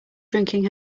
drinking